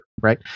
right